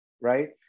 right